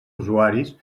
usuaris